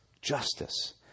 justice